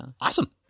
Awesome